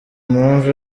mpamvu